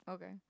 okay